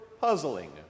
puzzling